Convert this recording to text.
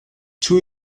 two